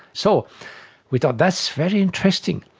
so we thought that's very interesting.